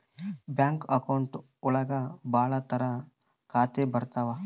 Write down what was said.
bank account ಒಳಗ ಭಾಳ ತರ ಖಾತೆ ಬರ್ತಾವ್